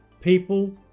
people